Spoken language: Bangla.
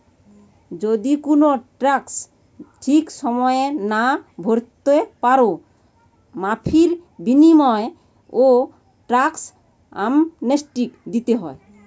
যদি কুনো ট্যাক্স ঠিক সময়ে না ভোরতে পারো, মাফীর বিনিময়ও ট্যাক্স অ্যামনেস্টি দিতে হয়